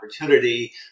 opportunity